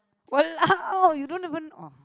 !walao! you don't even oh